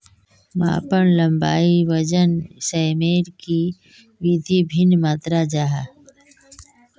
मापन लंबाई वजन सयमेर की वि भिन्न मात्र जाहा?